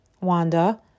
Wanda